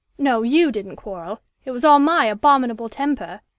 no, you didn't quarrel it was all my abominable temper.